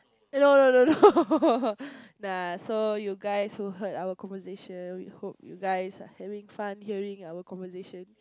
no no no no (ppll) nah so you guys who heard our conversation we hope you guys are having fun hearing our conversation